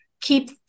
keep